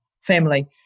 family